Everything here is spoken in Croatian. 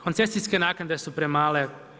Koncesijske naknade su premale.